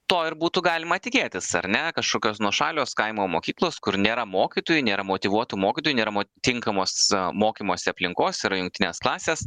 to ir būtų galima tikėtis ar ne kažkokios nuošalios kaimo mokyklos kur nėra mokytojų nėra motyvuotų mokytojų nėra tinkamos mokymosi aplinkos yra jungtinės klasės